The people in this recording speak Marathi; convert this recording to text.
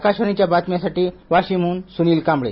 आकाशवाणीच्या बातम्यांसाठी वाशीमहून सूनील कांबळे